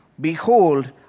Behold